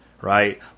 right